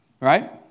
Right